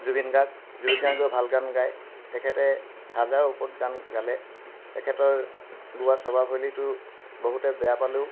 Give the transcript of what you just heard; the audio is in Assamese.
জুবিন গাৰ্গ জুবিন গাৰ্গেও ভাল গান গায় তেখেতে হাজাৰৰ ওপৰত গান গালে তেখেতৰ গোৱা স্বভাৱ শৈলীটো বহুতে বেয়া পালেও